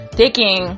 taking